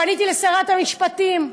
פניתי לשרת המשפטים.